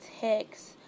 text